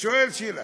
שואל שאלה: